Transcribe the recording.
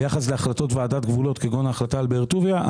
ביחס להחלטות ועדת גבולות כגון ההחלטה על באר טוביה,